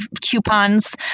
coupons